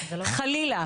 חלילה.